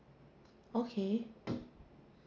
okay